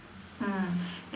mm